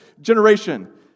generation